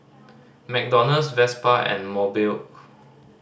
McDonald's Vespa and Mobike